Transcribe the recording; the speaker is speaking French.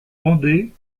vendée